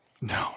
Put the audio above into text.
No